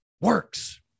works